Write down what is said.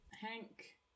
Hank